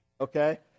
okay